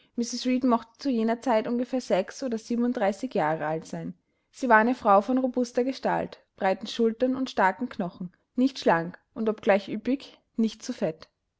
mochte zu jener zeit ungefähr sechs oder siebenunddreißig jahre alt sein sie war eine frau von robuster gestalt breiten schultern und starken knochen nicht schlank und obgleich üppig nicht zu fett